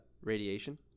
radiation